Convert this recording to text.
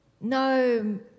no